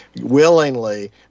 willingly